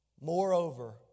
Moreover